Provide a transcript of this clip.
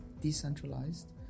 decentralized